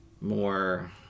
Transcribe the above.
more